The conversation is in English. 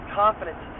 confidence